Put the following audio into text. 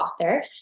author